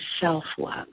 self-love